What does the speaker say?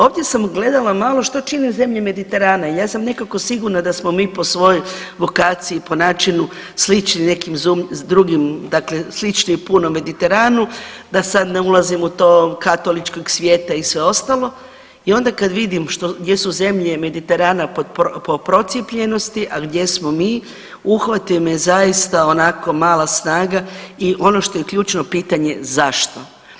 Ovdje sam gledala malo što čine zemlje Mediterana i ja sam nekako sigurna da smo mi po svojoj vokaciji, po načinu slični nekim drugim dakle, slični puno Mediteranu, da sad ne ulazim u to, katoličkog svijeta i sve ostalo i onda kad vidim što, gdje su zemlje Mediterana po procijepljenosti, a gdje smo mi, uhvati me zaista onako mala snaga i ono što je ključno pitanje, zašto?